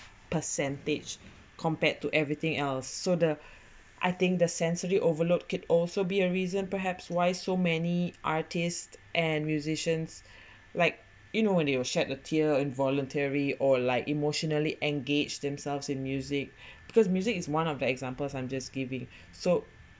percentage compared to everything else so the I think the sensory overload could also be a reason perhaps why so many artists and musicians like you know when they will shed a tear and voluntary or like emotionally engaged themselves in music because music is one of the examples I'm just giving so